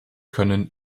können